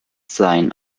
sein